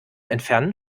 entfernen